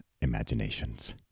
imaginations